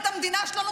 מה עשתה הממשלה שלך?